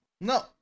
No